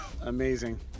Amazing